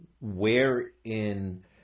wherein